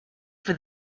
for